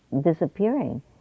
disappearing